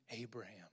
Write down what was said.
Abraham